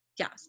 Yes